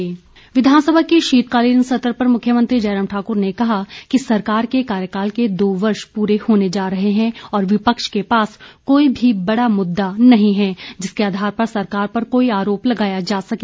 मुख्यमंत्री विधानसभा के शीतकालीन सत्र पर मुख्यमंत्री जयराम ठाकुर ने कहा कि सरकार के कार्यकाल के दो वर्ष पूरे होने जा रहे हैं और विपक्ष के पास कोई भी बड़ा मुद्दा नहीं है जिसके आधार पर सरकार पर कोई आरोप लगाया जा सके